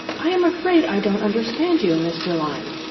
i am afraid i don't understand you, mr. lyne.